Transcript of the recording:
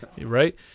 right